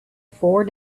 four